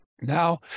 Now